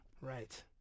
Right